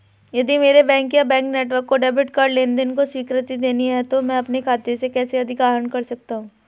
यदि मेरे बैंक या बैंक नेटवर्क को डेबिट कार्ड लेनदेन को स्वीकृति देनी है तो मैं अपने खाते से कैसे अधिक आहरण कर सकता हूँ?